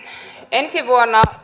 ensi vuonna